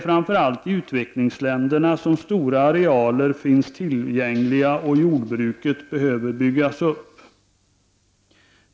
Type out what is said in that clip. Framför allt i utvecklingsländerna finns stora arealer tillgängliga, och jordbruket där behöver byggas upp.